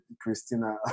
Christina